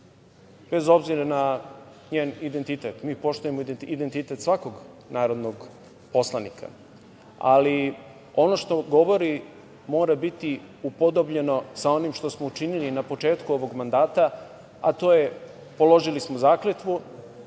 bez obzira na njen identitet, mi poštujemo identitet svakog narodnog poslanika, ali ono što govori mora biti upodobljeno sa onim što smo činili na početku ovog mandata, a to je da smo položili zakletvu